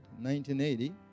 1980